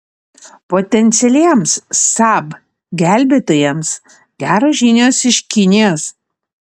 potencialiems saab gelbėtojams geros žinios iš kinijos